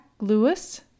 Lewis